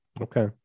Okay